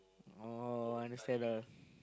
oh I understand ah